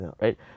right